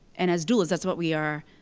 and as doulas, that's what we are,